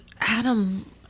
Adam